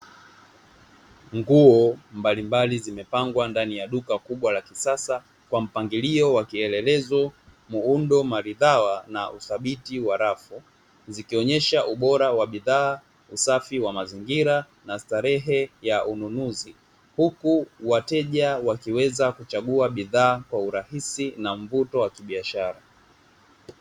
Nguo mbalimbali zimepangwa ndani ya duka kubwa la kisasa, kwa mpangilio wa kielelezo, muundo maridhawa na udhibiti wa rafu, zikionyesha ubora wa bidhaa, usafi wa mazingira na starehe ya ununuzi. Huku wateja wakiweza kuchagua bidhaa kwa urahisi na mvuto wa kibiashara.